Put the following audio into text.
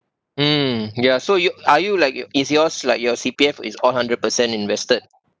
mm ya so you are you like is yours like your C_P_F is all hundred percent invested